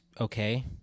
okay